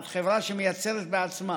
זאת חברה שמייצרת בעצמה,